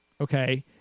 okay